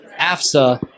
AFSA